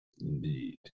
Indeed